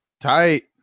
Tight